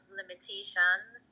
limitations